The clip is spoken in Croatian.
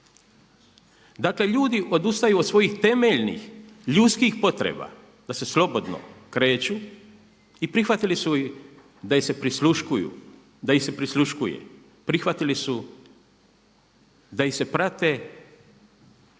Dakle ljudi odustaju od svojih temeljnih ljudskih potreba da se slobodno kreću i prihvatili su ih da ih se prisluškuje, da ih se